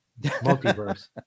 multiverse